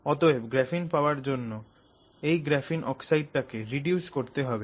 অতএব গ্রাফিন পাওয়ার জন্য এই গ্রাফিন অক্সাইডটাকে রিডিউস করতে হবে